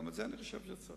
גם את זה אני חושב שצריך.